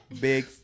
Big